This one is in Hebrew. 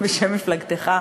בשם מפלגתך,